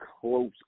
close